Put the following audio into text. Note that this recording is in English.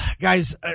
guys